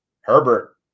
Herbert